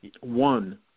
One